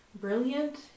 brilliant